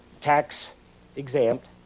tax-exempt